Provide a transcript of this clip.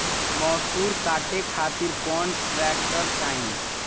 मैसूर काटे खातिर कौन ट्रैक्टर चाहीं?